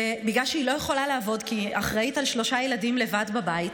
ובגלל שהיא לא יכולה לעבוד’ כי היא אחראית לשלושה ילדים לבד בבית,